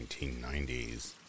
1990s